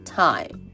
time